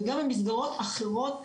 וגם במסגרות אחרות,